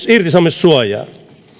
irtisanomissuojaa